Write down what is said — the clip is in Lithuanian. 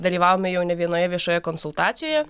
dalyvavome jau ne vienoje viešoje konsultacijoje